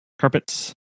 carpets